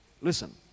Listen